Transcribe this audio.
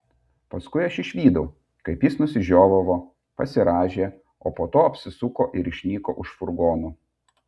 paskui aš išvydau kaip jis nusižiovavo pasirąžė o po to apsisuko ir išnyko už furgonų